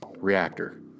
reactor